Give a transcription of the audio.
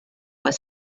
was